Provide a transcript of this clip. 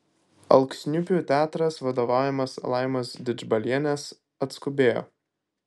alksniupių teatras vadovaujamas laimos didžbalienės atskubėjo